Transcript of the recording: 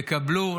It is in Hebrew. יקבלו,